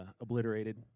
obliterated